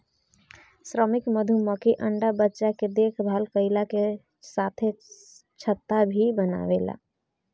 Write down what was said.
श्रमिक मधुमक्खी अंडा बच्चा के देखभाल कईला के साथे छत्ता भी बनावेले